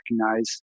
recognize